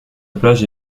plage